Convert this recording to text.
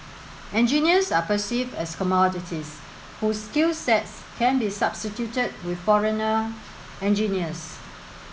engineers are perceived as commodities whose skills sets can be substituted with foreigner engineers